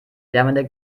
lärmende